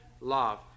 love